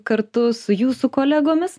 kartu su jūsų kolegomis